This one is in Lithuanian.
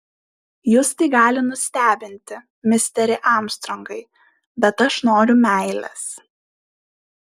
jus tai gali nustebinti misteri armstrongai bet aš noriu meilės